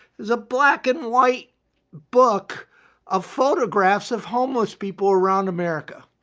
it was a black and white book of photographs of homeless people around america.